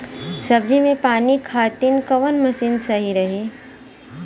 सब्जी में पानी खातिन कवन मशीन सही रही?